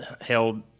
held